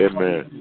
Amen